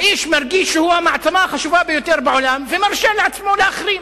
האיש מרגיש שהוא המעצמה הכי חשובה בעולם ומרשה לעצמו להחרים.